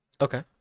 Okay